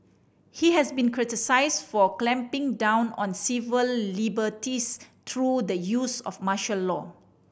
he has been criticised for clamping down on civil liberties through the use of martial law